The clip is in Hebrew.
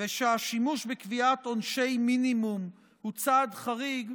ושהשימוש בקביעת עונשי מינימום הוא צעד חריג,